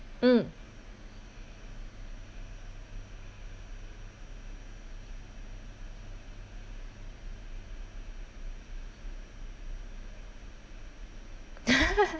mm